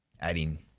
adding